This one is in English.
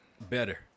Better